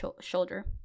shoulder